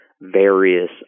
various